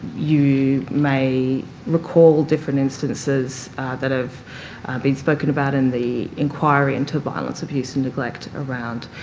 you may recall different instances that have been spoken about in the inquiry into violence, abuse and neglect around